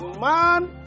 man